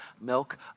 milk